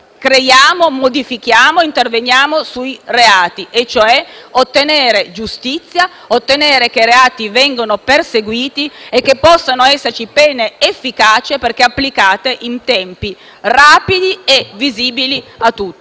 creiamo, modifichiamo e interveniamo sui reati, al fine di ottenere giustizia, per fare in modo che i reati vengano perseguiti e possano esserci pene efficaci, perché applicate in tempi rapidi e visibili a tutti.